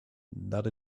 that